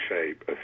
shape